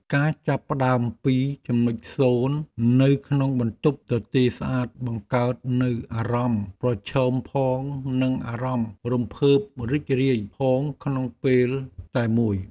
ការចាប់ផ្ដើមពីចំណុចសូន្យនៅក្នុងបន្ទប់ទទេរស្អាតបង្កើតនូវអារម្មណ៍ប្រឈមផងនិងអារម្មណ៍រំភើបរីករាយផងក្នុងពេលតែមួយ។